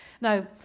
now